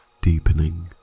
deepening